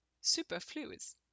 superfluous